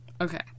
Okay